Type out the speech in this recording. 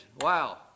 Wow